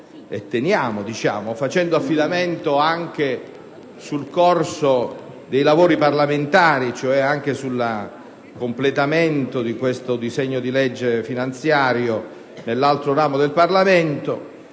teniamo, e facendo affidamento anche sul corso dei lavori parlamentari (cioè sul completamento dell'esame del disegno di legge finanziaria presso l'altro ramo del Parlamento),